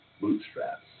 bootstraps